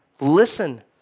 Listen